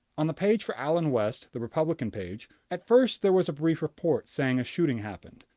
on the page for allen west, the republican page, at first there was a brief report saying a shooting happened.